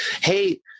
Hey